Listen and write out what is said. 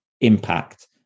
impact